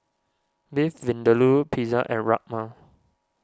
Beef Vindaloo Pizza and Rajma